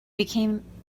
became